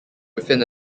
within